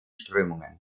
strömungen